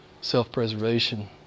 self-preservation